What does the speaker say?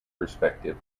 perspective